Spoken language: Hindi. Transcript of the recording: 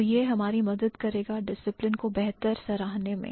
तो यह हमारी मदद करेगा डिसिप्लिन को बेहतर सराहनीय में